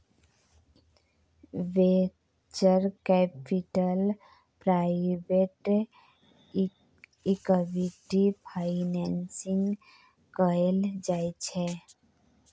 venture capital private equity financing कएल जाइ छै